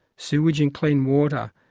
sewage and clean water,